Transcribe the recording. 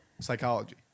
psychology